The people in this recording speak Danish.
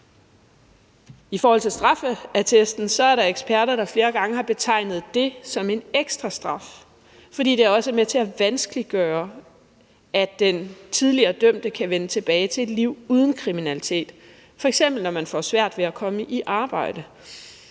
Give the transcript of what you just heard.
I forhold til straffeattesten er der eksperter, der flere gange har betegnet den som en ekstra straf, fordi den også er med til at vanskeliggøre, at den tidligere dømte kan vende tilbage til et liv uden kriminalitet, f.eks. kan man få svært ved at komme i arbejde.